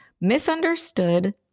misunderstood